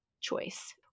choice